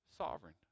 sovereign